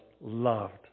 loved